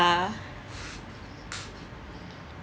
ya